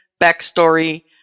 backstory